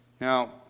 Now